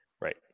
right